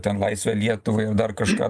ten laisvė lietuvai ar dar kažką